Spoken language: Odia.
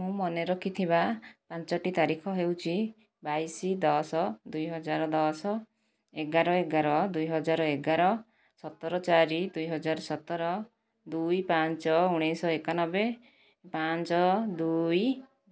ମୁଁ ମନେ ରଖିଥିବା ପାଞ୍ଚଟି ତାରିଖ ହେଉଛି ବାଇଶ ଦଶ ଦୁଇହଜାର ଦଶ ଏଗାର ଏଗାର ଦୁଇହଜାର ଏଗାର ସତର ଚାରି ଦୁଇହଜାର ସତର ଦୁଇ ପାଞ୍ଚ ଉଣେଇଶ ଶହ ଏକାନବେ ପାଞ୍ଚ ଦୁଇ